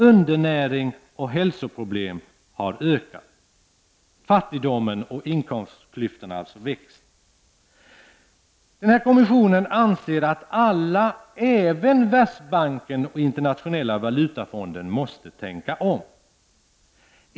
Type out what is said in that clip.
Undernäring och hälsoproblem har ökat. Fattigdomen och inkomstklyftorna har alltså växt. Kommissionen anser att alla — även Världsbanken och IMF — måste tänka om.